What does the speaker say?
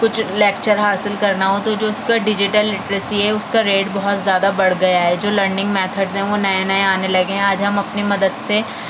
کچھ لیکچر حاصل کرنا ہو تو جو اس کا ڈیجیٹل لٹریسی ہے اس کا ریٹ بہت زیادہ بڑھ گیا ہے جو لرننگ میتھڈز ہیں وہ نئے نئے آنے لگے ہیں آج ہم اپنی مدد سے